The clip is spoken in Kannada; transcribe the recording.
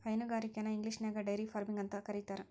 ಹೈನುಗಾರಿಕೆನ ಇಂಗ್ಲಿಷ್ನ್ಯಾಗ ಡೈರಿ ಫಾರ್ಮಿಂಗ ಅಂತ ಕರೇತಾರ